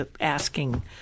asking